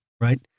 right